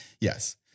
Yes